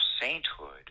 sainthood